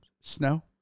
snow